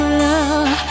love